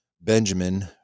Benjamin